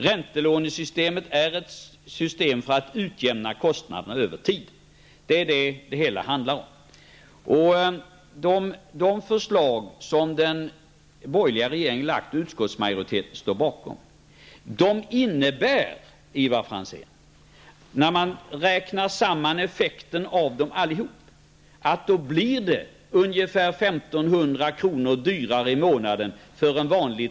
Räntelånesystemet är ett system som avser att utjämna kostnaderna över tiden. Det är detta det hela handlar om. De förslag som den borgerliga regeringen lagt och som utskottsmajoriteten står bakom innebär, Ivar Franzén, när man räknar samman effekten av dem att en vanlig trerumslägenhet blir ungefär 1 500 kr. dyrare i månaden.